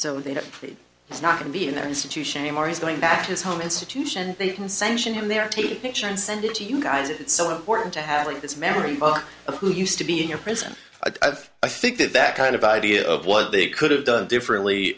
so they have prayed it's not going to be in an institution anymore he's going back to his home institution they can sanction him there take a picture and send it to you guys it's so important to have this memory of who used to be in your prison i've i think that that kind of idea of what they could have done differently